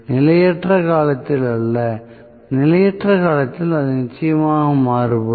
நிலையற்ற காலத்தில் அல்ல நிலையற்ற காலத்தில் அது நிச்சயமாக மாறுபடும்